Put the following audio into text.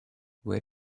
where